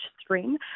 Stream